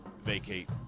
vacate